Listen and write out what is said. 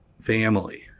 family